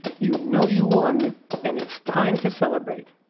you know you won and it's time to celebrate.